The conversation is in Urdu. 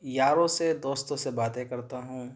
یاروں سے دوستوں سے باتیں کرتا ہوں